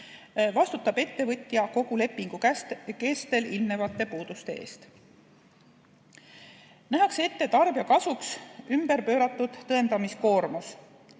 vastutab ettevõtja kogu lepingu kestel ilmnevate puuduste eest. Nähakse ette tarbija kasuks ümberpööratud tõendamiskoormus.